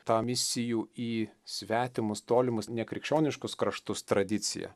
tą misijų į svetimus tolimus nekrikščioniškus kraštus tradiciją